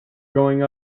going